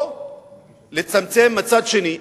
או לצמצם מצד שני.